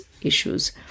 issues